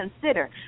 consider